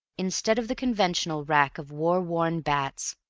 instead of the conventional rack of war-worn bats,